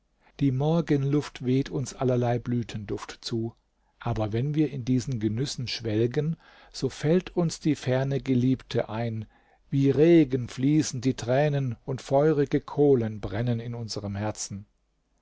die morgenluft weht uns allerlei blütenduft zu aber wenn wir in diesen genüssen schwelgen so fällt uns die ferne geliebte ein wie regen fließen die tränen und feurige kohlen brennen in unsern herzen